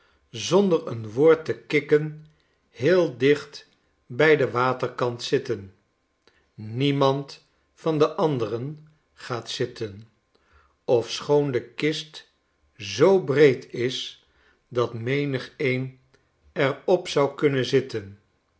zonder een woord te kikken heel dicht bij den waterkant zitten niemand van de anderen gaat zitten ofschoon de kist zoo breed is dat memgeen er op zou kunnen zitten